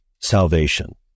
salvation